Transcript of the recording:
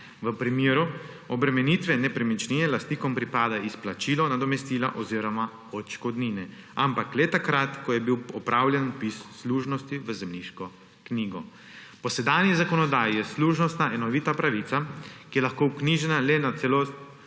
V primeru obremenitve nepremičnine lastnikom pripada izplačilo nadomestila oziroma odškodnine, ampak le takrat, ko je bil opravljen vpis služnosti v zemljiško knjigo. Po sedanji zakonodaji je služnost enovita pravica, ki je lahko vknjižena le na celotnem